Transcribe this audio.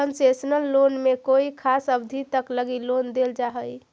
concessional loan में कोई खास अवधि तक लगी लोन देल जा हइ